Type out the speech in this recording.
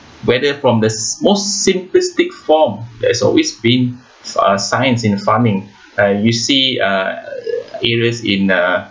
whether from the most simplistic form that's always been uh science in farming and you see uh areas in uh